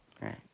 Right